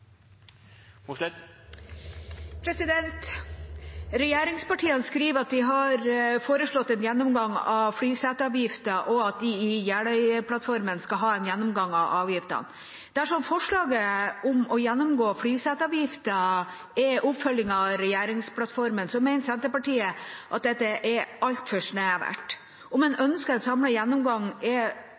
Regjeringspartiene skriver at de har foreslått en gjennomgang av flyseteavgiften, og at de etter Jeløya-plattformen skal ha en gjennomgang av avgiftene. Dersom forslaget om å gjennomgå flyseteavgiften er oppfølging av regjeringsplattformen, mener Senterpartiet at dette er altfor snevert. Om en ønsker en samlet gjennomgang, er